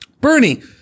Bernie